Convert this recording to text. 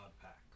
pack